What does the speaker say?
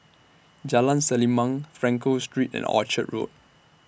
Jalan Selimang Frankel Street and Orchard Road